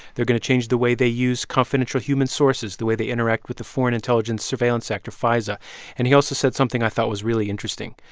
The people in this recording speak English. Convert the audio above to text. they're going to change the way they use confidential human sources, the way they interact with the foreign intelligence surveillance act, or fisa and he also said something i thought was really interesting.